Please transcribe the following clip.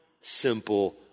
simple